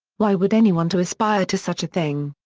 why would anyone to aspire to such a thing.